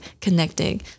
connecting